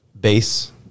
base